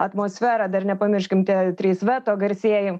atmosfera dar nepamirškim tie trys veto garsieji